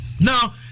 Now